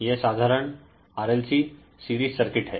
यह साधारण RLC series circuit हैं